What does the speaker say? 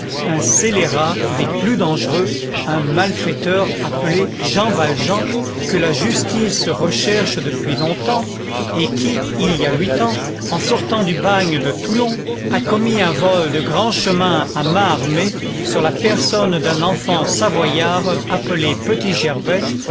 un scélérat des plus dangereux un malfaiteur appelé jean valjean que la justice recherche depuis longtemps et qui il y a huit ans en sortant du bagne de toulon a commis un vol de grand chemin à main armée sur la personne d'un enfant savoyard appelé